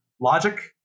logic